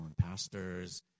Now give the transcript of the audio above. pastors